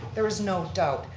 there is no doubt.